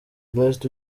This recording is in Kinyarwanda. blessed